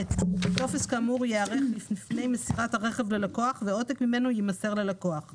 טופס כאמור ייערך סמוך לפני מסירת הרכב ללקוח ועותק ממנו יימסר ללקוח.